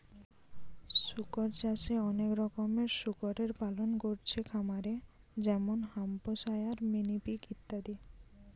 শুকর চাষে অনেক রকমের শুকরের পালন কোরছে খামারে যেমন হ্যাম্পশায়ার, মিনি পিগ ইত্যাদি